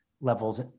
levels